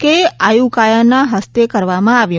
કેય આયુકાયાના હસ્તે કરવામાં આવ્યું